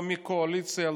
לא מהקואליציה,